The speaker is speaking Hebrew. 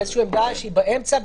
היא עמדה באמצע,